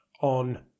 on